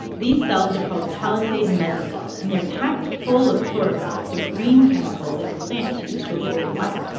these cells are called palisade mesophyll and they're packed full of chlorophyll, the green chemical that plants use to absorb light.